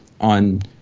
on